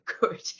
good